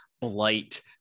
blight